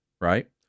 right